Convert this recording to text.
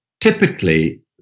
typically